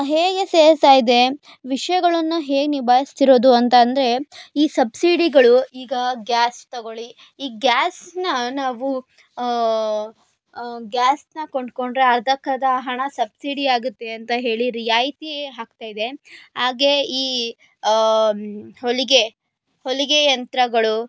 ಹೇಗೆ ಸೇರ್ತಾ ಇದೆ ವಿಷಯಗಳನ್ನ ಹೇಗೆ ನಿಭಾಯಿಸ್ತಿರೋದು ಅಂತ ಅಂದ್ರೆ ಈ ಸಬ್ಸಿಡಿಗಳು ಈಗ ಗ್ಯಾಸ್ ತಗೊಳ್ಳಿ ಈಗ ಗ್ಯಾಸನ್ನ ನಾವು ಗ್ಯಾಸನ್ನ ಕೊಂಡುಕೊಂಡ್ರೆ ಅರ್ಧಕ್ಕರ್ಧ ಹಣ ಸಬ್ಸಿಡಿಯಾಗುತ್ತೆ ಅಂತ ಹೇಳಿ ರಿಯಾಯಿತಿ ಆಗ್ತಾ ಇದೆ ಹಾಗೆ ಈ ಹೊಲಿಗೆ ಹೊಲಿಗೆ ಯಂತ್ರಗಳು